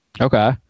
Okay